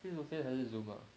最 okay 还是 zoom lah